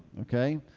Okay